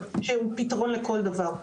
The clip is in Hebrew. שהוא פתרון לכל דבר.